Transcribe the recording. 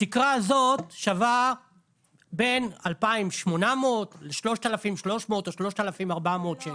התקרה הזאת שווה בין 2,800 ל-3,300 או 3,400 שקל.